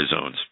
zones